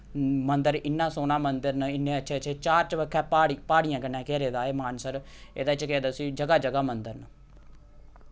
मंदर इ'न्ना सोह्ना मंदर न इन्ने अच्छे अच्छे चार चबक्खै प्हाड़ी प्हाडियें कन्नै घिरे दा एह् मानसर एह्दे च केह् आखदे उसी जगह जगह मंदर न